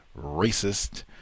racist